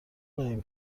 قایم